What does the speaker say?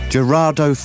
Gerardo